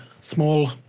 small